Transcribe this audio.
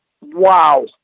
wow